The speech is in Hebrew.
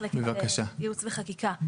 מחלקת ייעוץ וחקיקה.